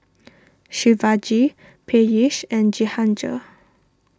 Shivaji Peyush and Jehangirr